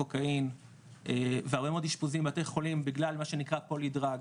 קוקאין והרבה מאוד אשפוזים בבתי חולים בגלל מה שנקרא פולידראג,